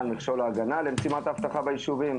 על מכשול ההגנה למשימת האבטחה ביישובים.